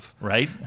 Right